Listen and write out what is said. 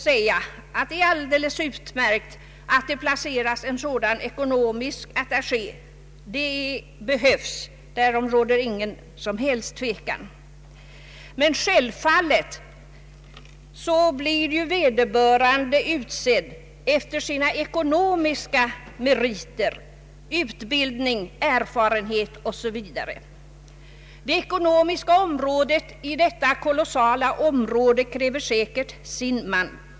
Det är alldeles utmärkt att en sådan ekonomisk attaché placeras i Tokyo. Åtgärden behövs, därom råder ingen som helst tvekan. Men självfallet blir vederbörande attaché utsedd efter sina ekonomiska meriter, sin ekonomiska utbildning och erfarenhet. De ekonomiska frågorna i detta kolossala område kräver säkert sin man.